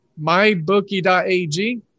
Mybookie.ag